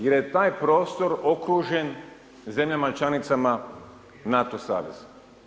Jer je taj prostor okružen zemljama članicama NATO saveza.